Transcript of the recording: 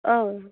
औ